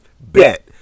bet